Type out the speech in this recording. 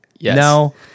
No